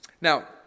Now